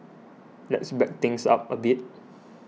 let's back things up a bit